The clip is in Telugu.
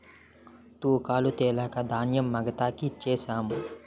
తూకాలు తెలక ధాన్యం మగతాకి ఇచ్ఛేససము